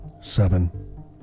Seven